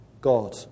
God